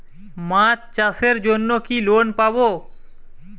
মাছ চাষের জন্য কি লোন পাব?